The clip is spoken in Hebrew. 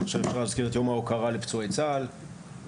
למשל אפשר להזכיר את יום ההוקרה לפצועי צה"ל שצוין